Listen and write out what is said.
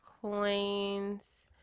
coins